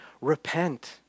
Repent